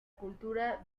cultura